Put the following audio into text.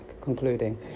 concluding